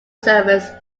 service